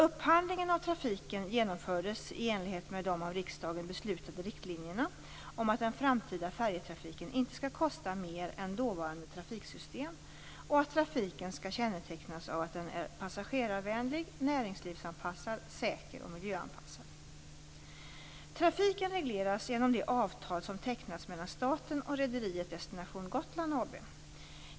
Upphandlingen av trafiken genomfördes i enlighet med de av riksdagen beslutade riktlinjerna om att den framtida färjetrafiken inte skall kosta mer än dåvarande trafiksystem och att trafiken skall kännetecknas av att den är passagerarvänlig, näringslivsanpassad, säker och miljöanpassad. Trafiken regleras genom det avtal som tecknats av staten och rederiet Destination Gotland AB.